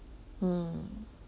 mm